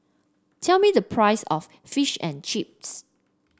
tell me the price of Fish and Chips